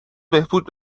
بهبود